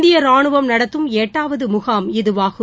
இந்தியரானுவம் நடத்தும் எட்டாவதுமுகாம் இதுவாகும்